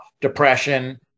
depression